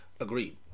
Agreed